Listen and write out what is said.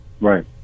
Right